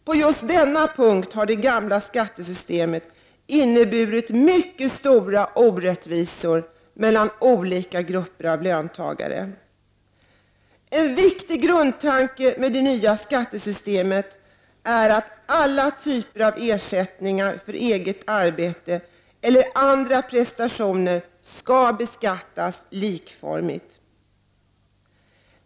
På just denna punkt har det gamla skattesystemet inneburit mycket stora orättvisor mellan olika grupper av löntagare. En viktig grundtanke med det nya skattesystemet är att alla typer av ersättningar för eget arbete eller andra prestationer skall beskattas likformigt.